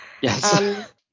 Yes